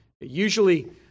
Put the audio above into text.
usually